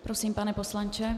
Prosím, pane poslanče.